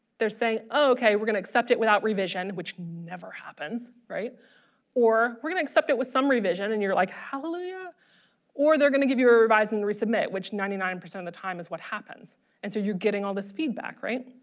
they're saying okay we're gonna accept it without revision which never happens right or we're gonna accept it with some revision and you're like hallelujah or they're gonna give you a revise and resubmit which ninety nine percent of the time is what happens and so you're getting all this feedback right.